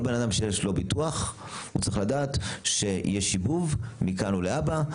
כל בן אדם שיש לו ביטוח הוא צריך לדעת שיש שיבוב מכאן ולהבא.